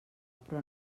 però